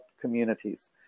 communities